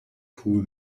kugel